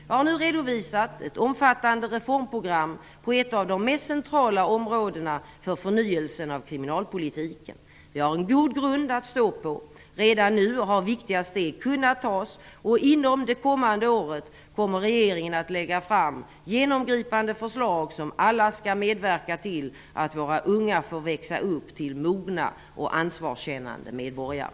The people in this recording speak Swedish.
Jag har nu redovisat ett omfattande reformprogram på ett av de mest centrala områdena för förnyelsen av kriminalpolitiken. Vi har en god grund att stå på. Redan nu har viktiga steg kunnat tas, och inom det kommande året kommer regeringen att lägga fram genomgripande förslag som alla skall medverka till att våra unga får växa upp till mogna och ansvarskännande medborgare.